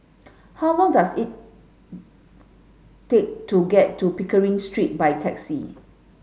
how long does it take to get to Pickering Street by taxi